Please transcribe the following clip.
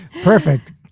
perfect